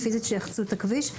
פיזית שיחצו את הכביש,